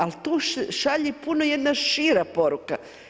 Ali tu se šalje puno jedna šira poruka.